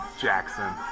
Jackson